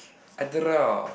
I draw